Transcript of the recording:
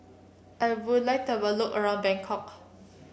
I would like to have a look around Bangkok